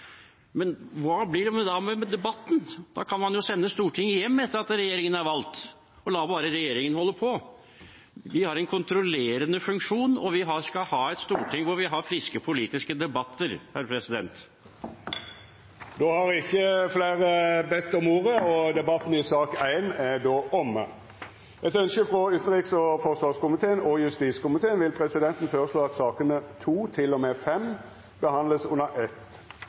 debatten bli? Da kunne man sende Stortinget hjem etter at regjeringen er valgt, og bare la regjeringen holde på. Vi har en kontrollerende funksjon, og vi skal ha et storting hvor vi har friske politiske debatter. Fleire har ikkje bedt om ordet til sak nr. 1. Etter ønske frå utanriks- og forsvarskomiteen og justiskomiteen vil presidenten føreslå at sakene nr. 2–5 vert behandla under